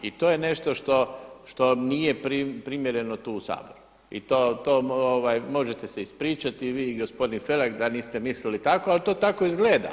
I to je nešto što nije primjereno tu u Saboru i to možete se ispričati i vi i gospodin Felak da niste mislili tako ali to tako izgleda.